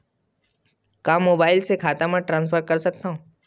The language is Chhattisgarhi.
का मोबाइल से खाता म ट्रान्सफर कर सकथव?